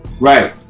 right